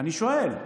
אני שואל.